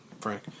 Frank